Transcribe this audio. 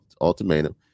ultimatum